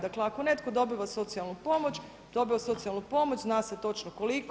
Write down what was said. Dakle ako netko dobiva socijalnu pomoć dobiva socijalnu pomoć, zna se točno koliko.